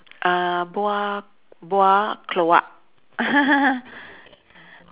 uh buah buah keluak